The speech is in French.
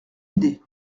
idée